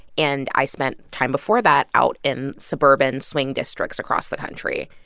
and i spent time before that out in suburban swing districts across the country.